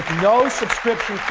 no subscription